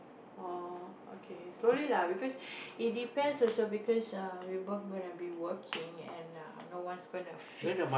oh okay slowly lah because it depends also because we both gonna be working and no one's gonna feed